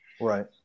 Right